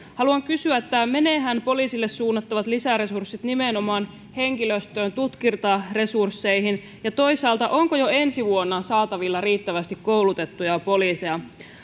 haluan kysyä meneväthän poliisille suunnattavat lisäresurssit nimenomaan henkilöstön tutkintaresursseihin ja toisaalta onko jo ensi vuonna saatavilla riittävästi koulutettuja poliiseja